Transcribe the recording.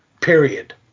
Period